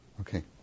Okay